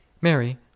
Mary